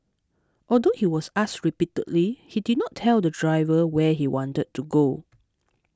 although he was asked repeatedly he did not tell the driver where he wanted to go